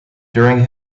during